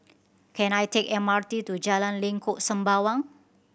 can I take M R T to Jalan Lengkok Sembawang